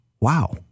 Wow